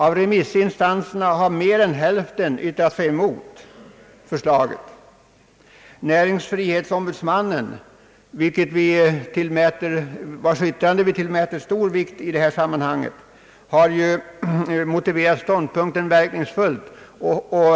Av remissinstanserna har mer än hälften yttrat sig emot förslaget. Näringsfrihetsombudsmannen, vars yttrande vi tillmäter stor vikt i detta sammanhang, har verkningsfullt motiverat ståndpunkten mot samordningen.